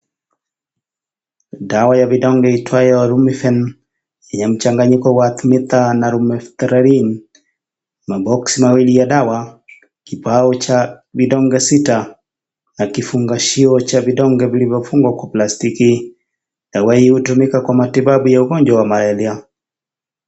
Dawa ya vidonge iitwayo Lumifen yenye mchanganyiko wa Artemether na Lumefantrine na boksi iliyo na dawa. Kigao cha vidonge sita na kifungashio cha vidonge vilivyofungwa kwa plastiki ambayo hutumika kwa ugonjwa wa mayonea.